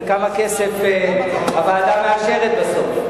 וכמה כסף הוועדה מאשרת בסוף.